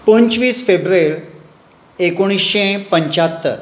पंचवीस फेब्रेर एकोणिशें पंच्यात्तर